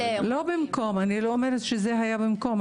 לא במקום, אני לא אומרת שזה היה במקום.